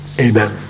Amen